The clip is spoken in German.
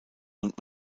und